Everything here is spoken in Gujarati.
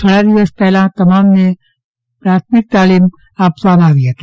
થોડા દિવસ પહેલા તમામને પ્રાથમિક તાલીમ આપવા આદેશ થયા હતા